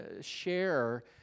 share